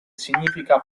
significa